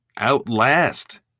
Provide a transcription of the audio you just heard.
Outlast